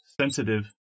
sensitive